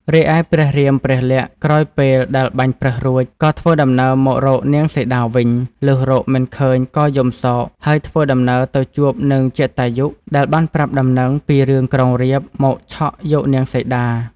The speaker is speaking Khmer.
រីឯព្រះរាមព្រះលក្សណ៍ក្រោយពេល ដែលបាញ់ប្រើសរួច ក៏ធ្វើដំណើរមករកនាងសីតាវិញ លុះរកមិនឃើញក៏យំសោក ហើយធ្វើដំណើរទៅជួបនឹងជតាយុ ដែលបានប្រាប់ដំណឹងពីរឿងក្រុងរាពណ៍ មកឆក់យកនាងសីតា។